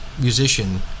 musician